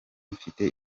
mfite